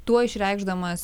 tuo išreikšdamas